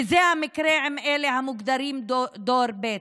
וזה המקרה עם אלה המוגדרים "דור ב'".